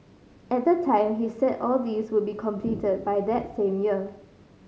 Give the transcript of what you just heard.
at the time he said all these would be completed by that same year